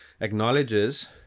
acknowledges